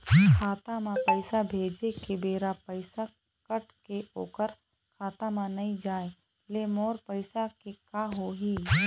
खाता म पैसा भेजे के बेरा पैसा कट के ओकर खाता म नई जाय ले मोर पैसा के का होही?